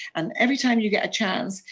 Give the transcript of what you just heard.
and every time you get a chance,